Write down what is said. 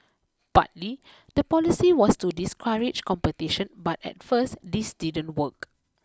partly the policy was to discourage competition but at first this didn't work